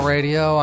Radio